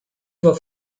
were